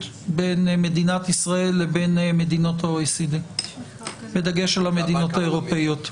בין מדינת ישראל לבין מדינות ה-OECD בדגש על המדינות האירופיות.